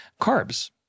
carbs